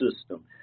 system